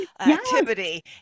activity